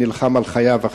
שנלחם עכשיו על חייו.